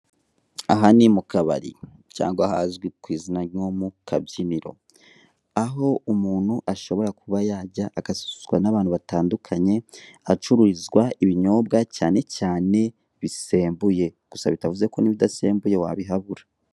Aha ni mu kabari, cyangwa hazwi ku izina ryo mu kabyiniro. Aho umuntu ashobora kuba yajya agasusurutswa n'abantu batandukanye, ahacururizwa ibinyobwa cyane cyane bisembuye. Gusa bitavuze ko n'ibidasembuye wabihabura.